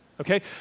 Okay